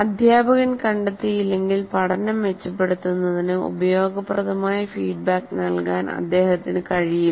അധ്യാപകൻ കണ്ടെത്തിയില്ലെങ്കിൽ പഠനം മെച്ചപ്പെടുത്തുന്നതിന് ഉപയോഗപ്രദമായ ഫീഡ്ബാക്ക് നൽകാൻ അദ്ദേഹത്തിന് കഴിയില്ല